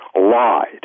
Lied